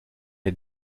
est